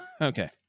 okay